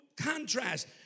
contrast